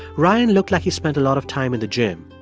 ryan looked like he spent a lot of time in the gym.